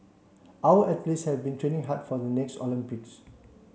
our athletes have been training hard for the next Olympics